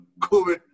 COVID